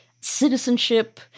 citizenship